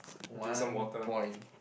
one point